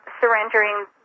surrendering